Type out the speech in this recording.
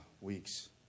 weeks